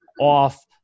off